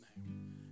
name